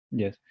yes